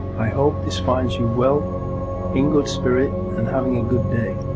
i hope this finds you well in good spirit and having a good day.